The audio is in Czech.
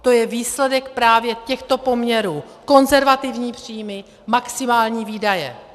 To je výsledek právě těchto poměrů: konzervativní příjmy, maximální výdaje.